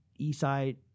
Eastside